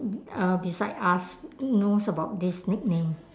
uh beside us knows about this nickname